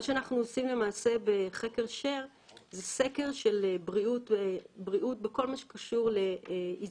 מה שאנחנו עושים בחקר share זה סקר של בריאות בכל מה שקשור להזדקנות.